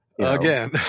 Again